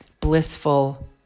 blissful